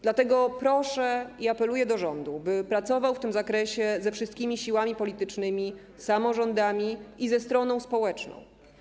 Dlatego proszę i apeluję do rządu, by pracował w tym zakresie ze wszystkimi siłami politycznymi, samorządami i stroną społeczną.